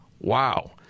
Wow